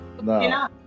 no